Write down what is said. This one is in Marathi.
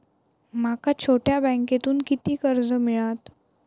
माका छोट्या बँकेतून किती कर्ज मिळात?